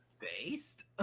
Based